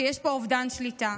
שיש פה אובדן שליטה.